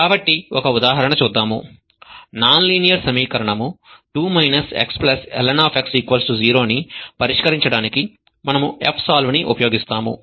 కాబట్టి ఒక ఉదాహరణ చూద్దాం నాన్ లీనియర్ సమీకరణం 2 xln0 ని పరిష్కరించడానికి మనము fsolve ని ఉపయోగిస్తాము